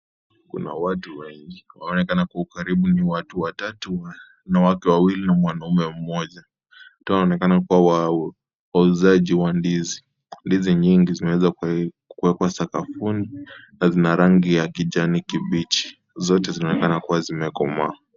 Kuna watu wengi wanaonekana kwa ukaribu ni watu watatu wanawake wawili na mwanamme mmoja. Wanaonekana kuwa wauzaji wa ndizi. Ndizi nyingi zimeweza kuwekwa sakafuni na zina rangi ya kijani kibichi. Zote zinaonekana kuwa zimekomaa.